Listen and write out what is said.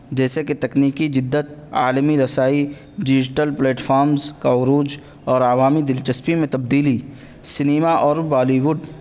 جیسے کہ تکنیکی جدت عالمی رسائی ڈیجیٹل پلیٹفارمس کا عروج اور عوامی دلچسپیوں میں تبدیلی سنیما اور بالیوڈ